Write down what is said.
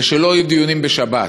זה שלא יהיו דיונים בשבת.